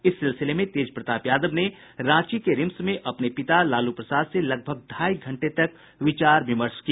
इस सिलसिले में तेजप्रताप यादव ने रांची के रिम्स में अपने पिता लालू प्रसाद लगभग ढ़ाई घंटे तक विचार विमर्श किया